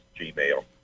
Gmail